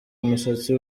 umusatsi